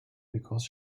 because